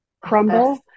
crumble